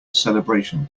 celebration